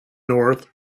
north